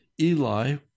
Eli